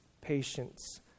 patience